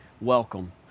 Welcome